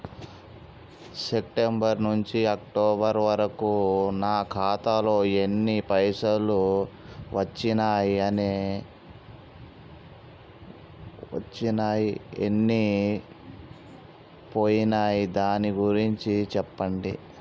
September నుంచి October వరకు నా ఖాతాలో ఎన్ని పైసలు వచ్చినయ్ ఎన్ని పోయినయ్ దాని గురించి చెప్పండి?